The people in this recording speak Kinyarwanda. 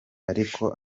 ariko